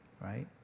Right